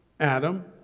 Adam